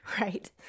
right